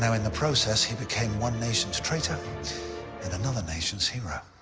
um in the process he became one nation's traitor and another nation's hero.